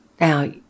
Now